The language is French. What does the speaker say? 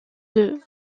deux